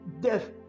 death